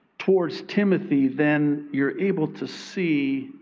towards timothy, then you're able to see